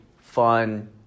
fun